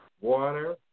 water